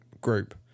group